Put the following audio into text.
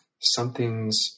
something's